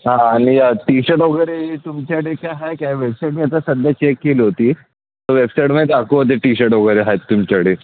हां आणि T shirt वगैरे तुमच्याकडे काय आहे काय वेबसाईट मी आता सध्या चेक केली होती तर वेबसाईटमध्ये दाखवते टी शर्ट वगैरे आहेत तुमच्याकडे